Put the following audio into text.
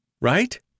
Right